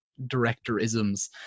directorisms